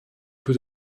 für